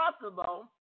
possible